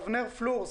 אבנר פלור,